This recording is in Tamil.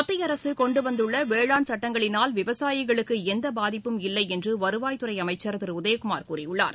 மத்திய அரசுகொண்டுவந்துள்ளவேளாண் சட்டங்களினால் விவசாயிகளுக்குஎந்தபாதிப்பும் இல்லைஎன்றுவருவாய் துறைஅமைச்சர் திருஉதயக்குமார் கூறியுள்ளார்